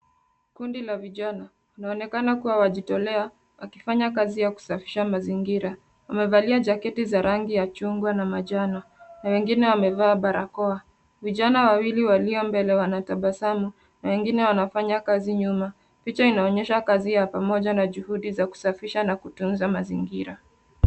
Kundi la vijana, inaonekana kuwa wajitolea wakifanya kazi ya kusafisha mazingira. Wamevalia jaketi za rangi ya chungwa na manjano na wengine wamevaa barakoa. Vijana wawili walio mbele wanatabasamu na wengine wanafanya kazi nyuma. Picha inaonyesha kazi ya pamoja na juhudi za kusafisha na kutunza mazingira.